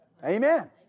Amen